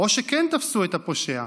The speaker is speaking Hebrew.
או שכן תפסו את הפושע,